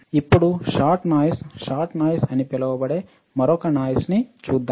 ఇప్పుడు shot noise shot noise అని పిలువబడే మరొక నాయిస్న్ని చూద్దాం